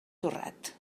torrat